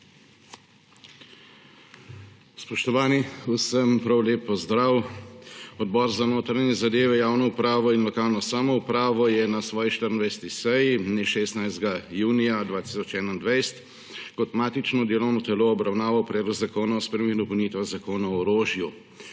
Spoštovani, vsem prav lep pozdrav! Odbor za notranje zadeve, javno upravo in lokalno samoupravo je na svoji 24. seji 16. junija 2021 kot matično delovno telo obravnaval Predlog zakona o spremembah in dopolnitvah Zakona o orožju.